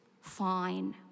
fine